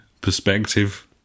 perspective